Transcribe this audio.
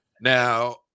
now